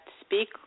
speak